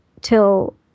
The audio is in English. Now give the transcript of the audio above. till